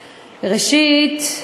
ראשית,